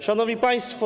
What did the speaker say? Szanowni Państwo!